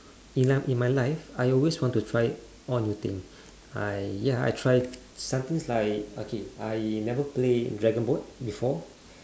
in life in my life I always want to try all the thing I ya I try some things like okay I never play dragonboat before